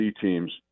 teams